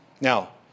Now